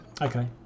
Okay